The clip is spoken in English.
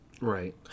Right